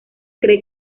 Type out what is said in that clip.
cree